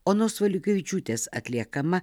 onos valiukevičiūtės atliekama